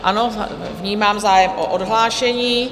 Ano, vnímám zájem o odhlášení.